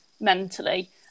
mentally